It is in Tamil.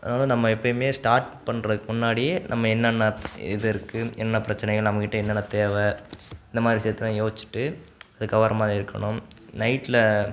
அதனால் நம்ம எப்போயுமே ஸ்டார்ட் பண்ணுறதுக்கு முன்னாடியே நம்ம என்னென்ன இது இருக்குது என்ன பிரச்சனைகள் நம்மக்கிட்டே என்னென்ன தேவை இந்த மாதிரி விஷயத்தலாம் யோசிச்சுட்டு அதுக்கப்புறமா அது எடுக்கணும் நைட்டில்